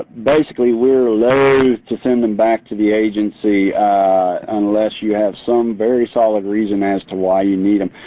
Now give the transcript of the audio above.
basically we're loathed to send them back to the agency unless you have some very solid reason as to why you need them.